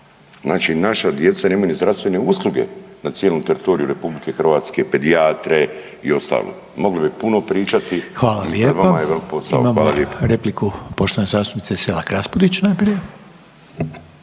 Znači naša djeca nemaju ni zdravstvene usluge na cijelom teritoriju Republike Hrvatske pedijatre i ostalo. Mogli bi puno pričati i na vama je veliki posao. Hvala lijepo.